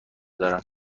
دارم